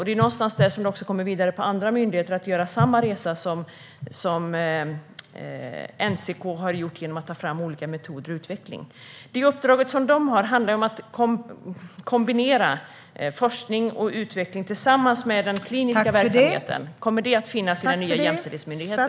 Det ankommer på andra myndigheter att göra samma resa som NCK har gjort genom att ta fram olika metoder och genom utveckling. NCK:s uppdrag handlar om att kombinera forskning och utveckling tillsammans med den kliniska verksamheten. Kommer detta att finnas hos den nya jämställdhetsmyndigheten?